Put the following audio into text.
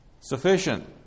sufficient